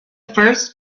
first